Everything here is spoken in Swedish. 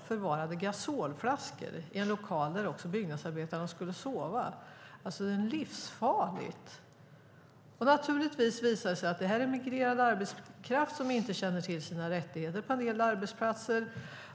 förvarade gasolflaskor i en lokal där byggnadsarbetarna också skulle sova. Det är livsfarligt. Naturligtvis visade det sig att det är migrerad arbetskraft som inte känner till sina rättigheter på en del arbetsplatser.